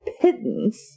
pittance